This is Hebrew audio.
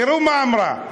תראו מה היא אמרה: